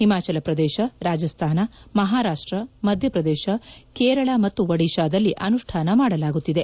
ಹಿಮಾಚಲ ಪ್ರದೇಶ ರಾಜಸ್ತಾನ ಮಹಾರಾಷ್ಟ್ ಮಧ್ಯಪ್ರದೇಶ ಕೇರಳ ಮತ್ತು ಒಡಿಶಾದಲ್ಲಿ ಅನುಷ್ಠಾನ ಮಾಡಲಾಗುತ್ತಿದೆ